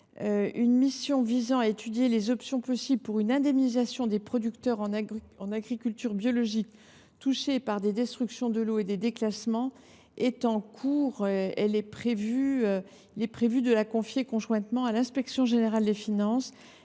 Une mission visant à étudier les options possibles pour indemniser les producteurs en agriculture biologique touchés par des destructions de lots et des déclassements va être confiée conjointement à l’inspection générale des finances